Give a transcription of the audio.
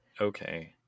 okay